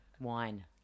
wine